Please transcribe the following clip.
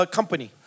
company